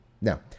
Now